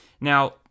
Now